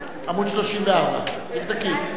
עמוד 34. עמוד 34, תבדקי.